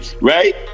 Right